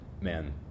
man